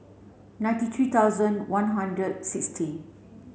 ninety three thousand one hundred sixty